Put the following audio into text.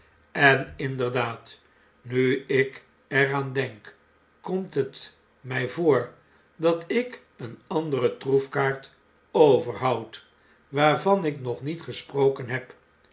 en inderdaad nu ik er aan denk komt het mij voor dat ik eene andere troefkaart overhoud waarvan ik nog niet gesproken heb